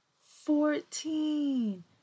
fourteen